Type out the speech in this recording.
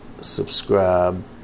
subscribe